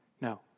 No